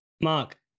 Mark